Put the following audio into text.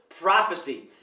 prophecy